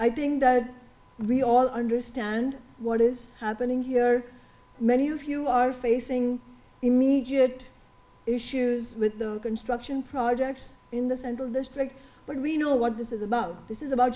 i think we all understand what is happening here many of you are facing immediate issues with the construction projects in the central district but we know what this is about this is about